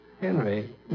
Henry